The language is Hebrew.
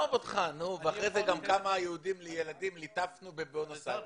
אחר כך גם כמה ילדים ליטפנו בבואנוס איירס.